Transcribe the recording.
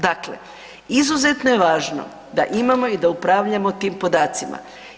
Dakle, izuzetno je važno da imamo i da upravljamo tim podacima.